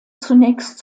zunächst